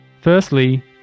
Firstly